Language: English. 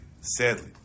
sadly